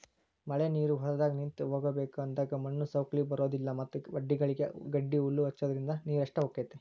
ಮಳಿನೇರು ಹೊಲದಾಗ ನಿಂತ ಹೋಗಬೇಕ ಅಂದಾಗ ಮಣ್ಣು ಸೌಕ್ಳಿ ಬರುದಿಲ್ಲಾ ಮತ್ತ ವಡ್ಡಗಳಿಗೆ ಗಡ್ಡಿಹಲ್ಲು ಹಚ್ಚುದ್ರಿಂದ ನೇರಷ್ಟ ಹೊಕೈತಿ